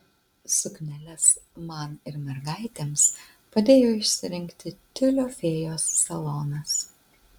sukneles man ir mergaitėms padėjo išsirinkti tiulio fėjos salonas